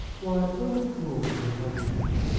why, what a fool you would have me be!